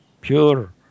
pure